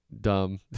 dumb